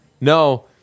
no